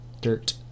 dirt